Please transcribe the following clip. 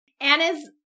Anna's